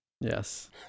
Yes